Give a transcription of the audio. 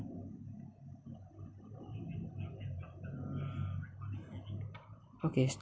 okay so